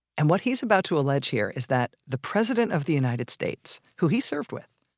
and what he's about to allege here is that the president of the united states who he served with,